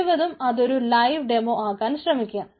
കഴിവതും അതൊരു live demo ആക്കാൻ ശ്രമിക്കാം